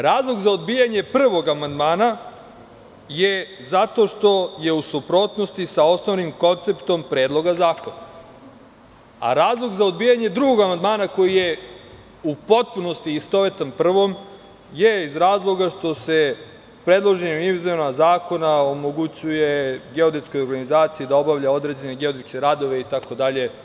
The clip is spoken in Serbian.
Razlog za odbijanje prvog amandmana je zato što je u suprotnosti sa osnovnim konceptom Predloga zakona, a razlog za dobijanje drugog amandmana koji je u potpunosti istovetan prvom, je iz razloga, što se predloženim izmenama zakona omogućuje geodetskoj organizaciji da obavlja određene geodetske radove, itd.